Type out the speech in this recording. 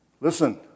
Listen